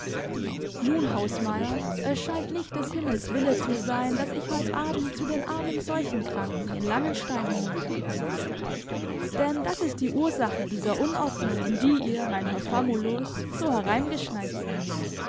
nun hausmeier es scheint nicht des himmels wille zu sein daß ich heut abend zu den armen seuchenkranken in langenstein hinunterkomme denn das ist die ursache dieser unordnung in die ihr mein herr famulus so hereingeschneit seid